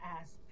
ask